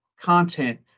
content